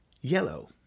yellow